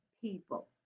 people